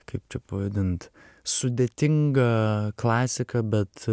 kaip čia pavadint sudėtinga klasika bet